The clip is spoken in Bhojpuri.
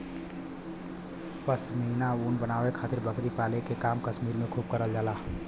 पश्मीना ऊन बनावे खातिर बकरी पाले के काम कश्मीर में खूब करल जाला